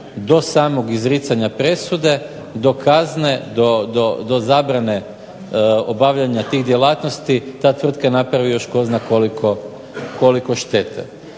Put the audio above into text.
do samog izricanja presude do kazne, do zabrane obavljanja tih djelatnosti ta tvrtka napravi još tko zna koliko štete.